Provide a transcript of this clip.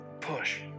Push